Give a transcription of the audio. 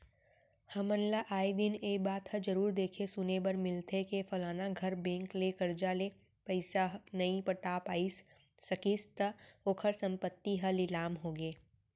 हमन ल आय दिन ए बात ह जरुर देखे सुने बर मिलथे के फलाना घर बेंक ले करजा ले पइसा न नइ पटा सकिस त ओखर संपत्ति ह लिलाम होगे